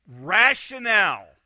rationale